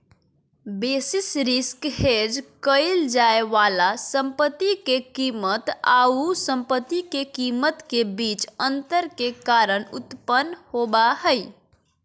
basis risk hedge क़इल जाय वाला संपत्ति के कीमत आऊ संपत्ति के कीमत के बीच अंतर के कारण उत्पन्न होबा हइ